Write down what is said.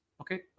Okay